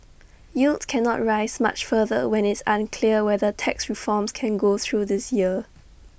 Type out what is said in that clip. yields cannot rise much further when IT is unclear whether tax reforms can go through this year